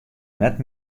net